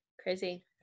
Crazy